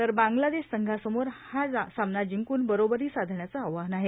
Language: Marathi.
तर भारतीय संघासमोर हा सामना जिंकून बरोबरी सायण्याचं आवाहन आहे